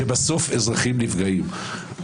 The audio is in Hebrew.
כשבסוף אזרחים נפגעים.